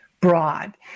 broad